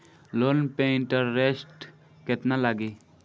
Loan पे interest केतना लागी?